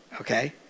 Okay